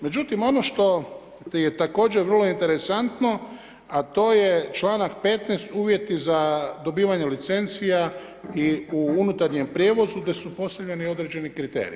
Međutim, ono što je također vrlo interesantno a to je članak 15. uvjeti za dobivanje licencija i u unutarnjem prijevozu gdje su postavljeni određeni kriteriji.